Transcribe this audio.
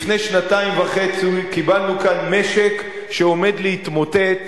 לפני שנתיים וחצי קיבלנו כאן משק שעומד להתמוטט,